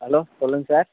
hello சொல்லுங்கள் sir